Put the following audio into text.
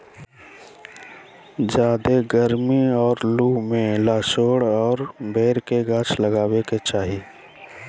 ज्यादे गरमी और लू में लसोड़ा और बैर के गाछ लगावे के चाही